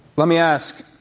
let me ask,